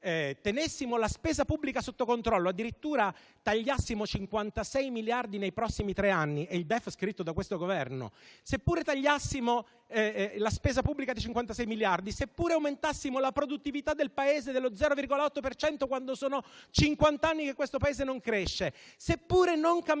seppure non cambiassimo